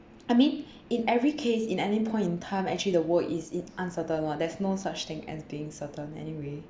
I mean in every case in any point in time actually the world is uncertain [what] there's no such thing as being certain anyway